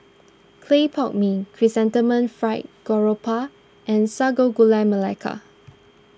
Clay Pot Mee Chrysanthemum Fried Garoupa and Sago Gula Melaka